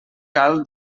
cal